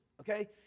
okay